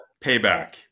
Payback